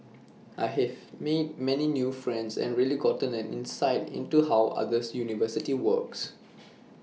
I've made many new friends and really gotten an insight into how another university works